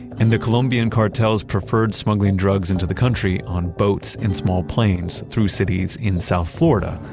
and the colombian cartels preferred smuggling drugs into the country on boats and small planes, through cities in south florida,